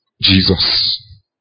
Jesus